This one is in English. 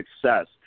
success